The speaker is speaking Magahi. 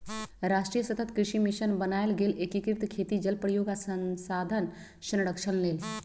राष्ट्रीय सतत कृषि मिशन बनाएल गेल एकीकृत खेती जल प्रयोग आ संसाधन संरक्षण लेल